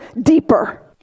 deeper